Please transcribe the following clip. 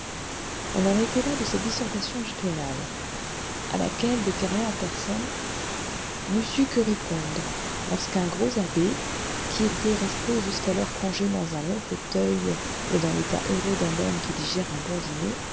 on en était là de cette dissertation pénale à laquelle beccaria en personne n'eût su que répondre lorsqu'un gros abbé qui était resté jusqu'alors plongé dans un long fauteuil et dans l'état heureux d'un homme qui digère un bon dîner